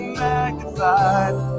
magnified